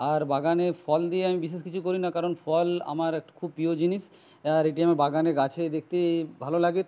আর বাগানের ফল দিয়ে আমি বিশেষ কিছু করি না কারণ ফল আমার একটা খুব প্রিয় জিনিস আর এটি আমার বাগানে গাছে দেখতেই ভালো লাগে